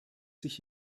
sich